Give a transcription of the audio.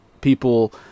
people